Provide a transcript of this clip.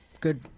good